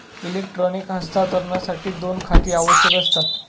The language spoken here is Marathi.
इलेक्ट्रॉनिक हस्तांतरणासाठी दोन खाती आवश्यक असतात